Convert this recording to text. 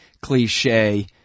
cliche